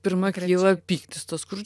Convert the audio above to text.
pirma kyla pyktis tas kur